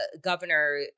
governor